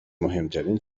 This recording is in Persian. مهمترین